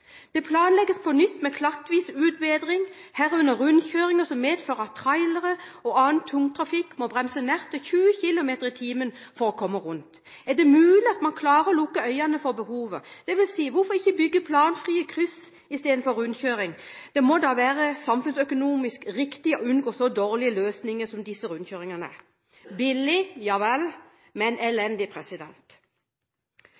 Det planlegges på nytt med klattvis utbedring, herunder rundkjøringer som medfører at trailere og annen tungtrafikk må bremse ned til 20 km/t for å komme rundt. Er det mulig at man klarer å lukke øynene for behovet? Hvorfor ikke bygge planfrie kryss i stedet for rundkjøring? Det må da være samfunnsøkonomisk riktig å unngå så dårlige løsninger som disse rundkjøringene. Billig, ja vel, men